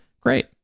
great